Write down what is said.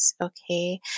Okay